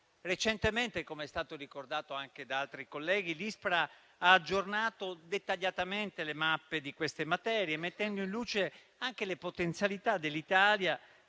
Recentemente, com'è stato ricordato anche da altri colleghi, l'ISPRA ha aggiornato dettagliatamente le mappe di queste materie, mettendo in luce anche le potenzialità dell'Italia.